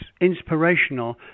inspirational